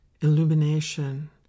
illumination